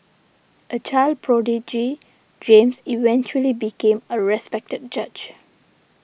a child prodigy James eventually became a respected judge